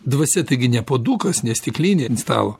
dvasia taigi ne puodukas ne stiklinė ant stalo